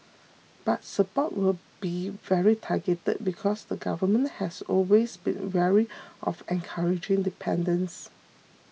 but support will be very targeted because the government has always been wary of encouraging dependence